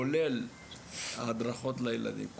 כולל הדרכות לילדים,